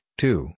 two